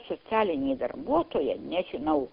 socialinė darbuotoja nežinau